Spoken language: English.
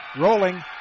rolling